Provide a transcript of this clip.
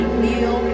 meal